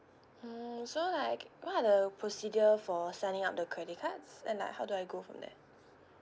mm so like what are the the procedure for signing up the credit cards and like how do I go from there